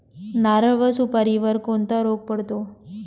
नारळ व सुपारीवर कोणता रोग पडतो?